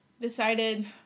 decided